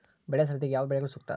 ಬೆಳೆ ಸರದಿಗೆ ಯಾವ ಬೆಳೆಗಳು ಸೂಕ್ತ?